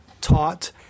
taught